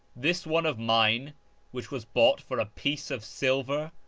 this one of mine which was bought for a piece of silver,